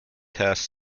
has